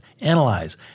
analyze